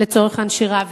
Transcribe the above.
לצורך הנשירה,